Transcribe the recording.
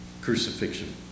crucifixion